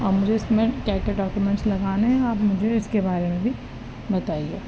اور مجھے اس میں کیا کیا ڈاکیومنٹس لگانے ہیں آپ مجھے اس کے بارے میں بھی بتائیے